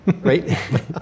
right